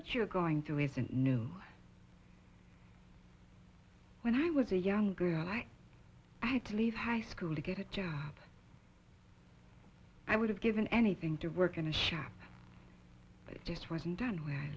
what you're going to isn't new when i was a young girl i had to leave high school to get a job i would have given anything to work in a shop that just wasn't done where